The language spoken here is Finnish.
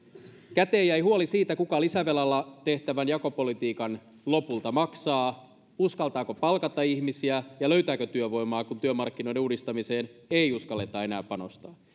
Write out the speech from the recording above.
käteen jäi huoli siitä kuka lisävelalla tehtävän jakopolitiikan lopulta maksaa uskaltaako palkata ihmisiä ja löytääkö työvoimaa kun työmarkkinoiden uudistamiseen ei uskalleta enää panostaa